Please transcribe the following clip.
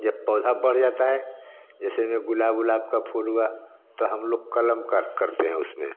जब पौधा बढ़ जाता है जैसे में गुलाब उलाब का फूल हुआ तो हम लोग कलम कर करते हैं उसमें